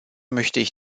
möchte